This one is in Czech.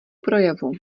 projevu